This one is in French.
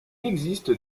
existe